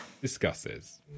discusses